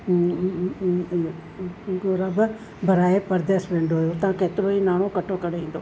घुराब भराइ परदेस वेंदो हुओ हुतां केतिरो ई नाणो कठो करे ईंदो हुओ